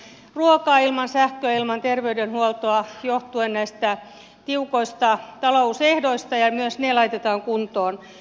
ihmiset ilman ruokaa ilman sähköä ilman terveydenhuoltoa johtuen näistä tiukoista talousehdoista ja myös ne laitetaan kuntoon